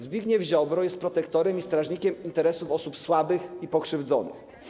Zbigniew Ziobro jest protektorem i strażnikiem interesów osób słabych i pokrzywdzonych.